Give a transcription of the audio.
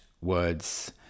words